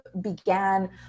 began